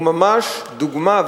הוא ממש דוגמה,